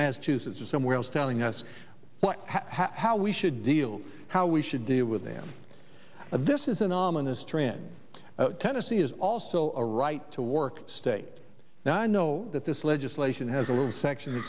massachusetts or somewhere else telling us what how we should deal how we should deal with them this is an ominous trend tennessee is also a right to work state now i know that this legislation has a little section